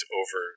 over